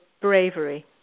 bravery